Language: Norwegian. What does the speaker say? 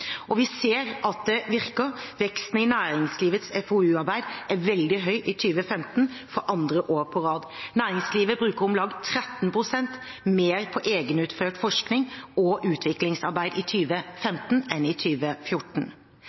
Og vi ser at det virker: Veksten i næringslivets FoU-arbeid er veldig høy i 2015 – for andre år på rad. Næringslivet bruker om lag 13 pst. mer på egenutført forskning og utviklingsarbeid i 2015 enn i